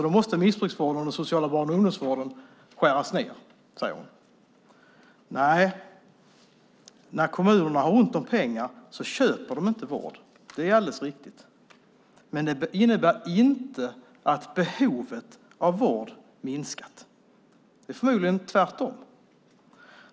Då måste missbrukarvården och den sociala barn och ungdomsvården skäras ned, säger hon. När kommunerna har ont om pengar köper de inte vård. Det är alldeles riktigt. Men det innebär inte att behovet av vård minskat. Det är förmodligen tvärtom.